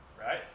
right